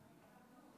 התבשרנו אתמול,